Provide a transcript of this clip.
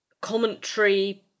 commentary